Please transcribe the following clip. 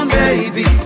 baby